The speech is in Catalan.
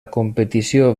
competició